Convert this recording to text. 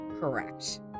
correct